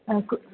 अ कु